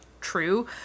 true